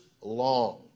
long